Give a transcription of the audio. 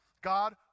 God